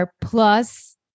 plus